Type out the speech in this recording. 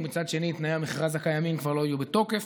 ומצד שני תנאי המכרז הקיימים כבר לא יהיו בתוקף.